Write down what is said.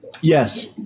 yes